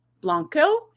Blanco